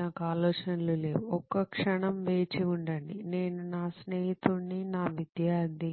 నాకు ఆలోచనలు లేవు ఒక్క క్షణం వేచి ఉండండి నేను నా స్నేహితుడిని నా విద్యార్థి